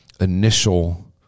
initial